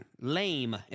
lame